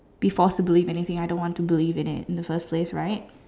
be forced to believe anything I don't want to believe in the first place right